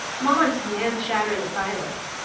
maman's commands shatter the silence.